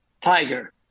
Tiger